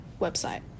website